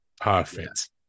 perfect